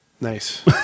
Nice